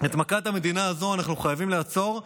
את מכת המדינה הזו אנחנו חייבים לעצור,